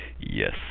Yes